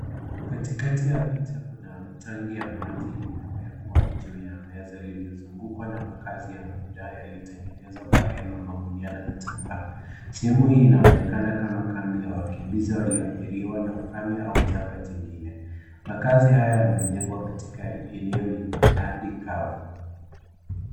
Katikati ya pipa kuna ya tangi la maji limewekwa juu ya meza limezungukwa na makaazi ya yaliyoengenezwa na magunia na vitambaa sehemu hii inaonekana kama kambi ya wakimbizi walioadhiriwa na ukame au changa jingine makaazi haya yamejengwa katika eneo lililo na ardhi kavu.